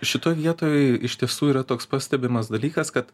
šitoj vietoj iš tiesų yra toks pastebimas dalykas kad